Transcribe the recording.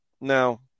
no